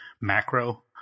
macro